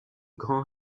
grand